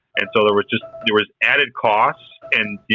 and so there was just, there was added cost and, you